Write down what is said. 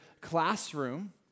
classroom